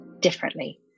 differently